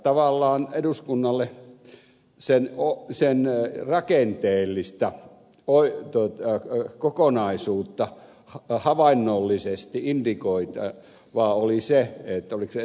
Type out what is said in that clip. tavallaan eduskunnalle sen rakenteellista kokonaisuutta havainnollisesti indikoivaa oli se oliko se ed